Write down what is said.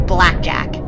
Blackjack